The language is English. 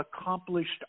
accomplished